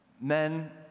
Men